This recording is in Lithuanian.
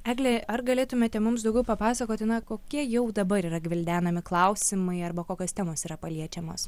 eglė ar galėtumėte mums daugiau papasakoti na kokie jau dabar yra gvildenami klausimai arba kokios temos yra paliečiamos